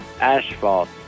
asphalt